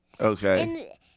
Okay